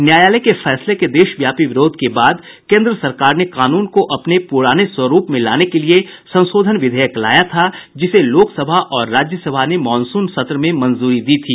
न्यायालय के फैसले के देशव्यापी विरोध के बाद केन्द्र सरकार ने कानून को अपने पूराने स्वरूप में लाने के लिए संशोधन विधेयक लाया था जिसे लोकसभा और राज्यसभा ने मॉनसून सत्र में मंजूरी दी थी